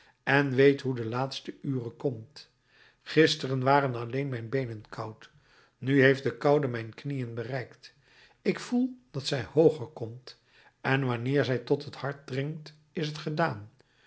en weet hoe de laatste ure komt gisteren waren alleen mijn beenen koud nu heeft de koude mijn knieën bereikt ik voel dat zij hooger komt en wanneer zij tot het hart dringt is t gedaan